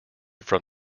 from